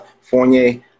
Fournier